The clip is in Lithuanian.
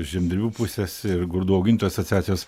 žemdirbių pusės ir grūdų augintojų asociacijos